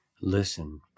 Listen